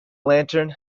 lantern